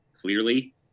clearly